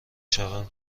شوم